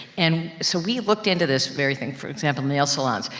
and, so we looked into this very thing, for example, nail salons.